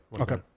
Okay